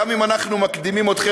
גם אם אנחנו מקדימים אתכם,